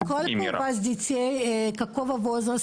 זאת אומרת כל העולים שהגיעו עד עכשיו ואלה